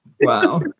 Wow